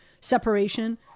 separation